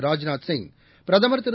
ராஜ்நாத் சிங் பிரதமர் திரு